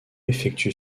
effectue